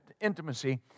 intimacy